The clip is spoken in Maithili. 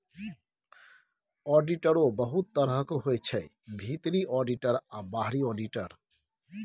आडिटरो बहुत तरहक होइ छै भीतरी आडिटर आ बाहरी आडिटर